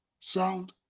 sound